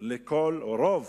שלרוב